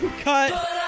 cut